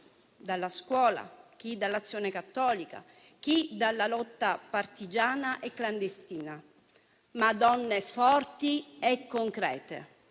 dalla scuola, dall'Azione cattolica, dalla lotta partigiana e clandestina. Donne forti e concrete